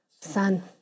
son